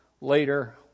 later